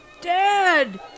Dad